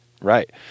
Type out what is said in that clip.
Right